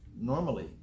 normally